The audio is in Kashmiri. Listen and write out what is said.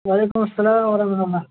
وعلیکُم اسلام ورَحمَتہُ اللہ